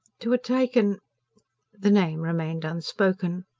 to a taken the name remained unspoken.